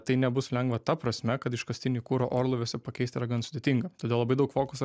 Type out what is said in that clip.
tai nebus lengva ta prasme kad iškastinį kurą orlaiviuose pakeist yra gan sudėtinga todėl labai daug fokuso